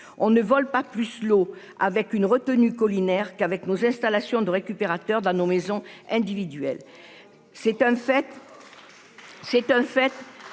On ne vole pas plus l'eau avec une retenue colinéaire qu'avec nos installations de récupérateur dans nos maisons individuelles. C'est un fait.